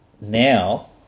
now